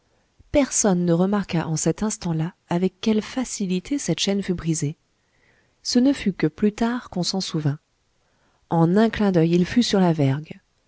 personne ne remarqua en cet instant-là avec quelle facilité cette chaîne fut brisée ce ne fut que plus tard qu'on s'en souvint en un clin d'oeil il fut sur la vergue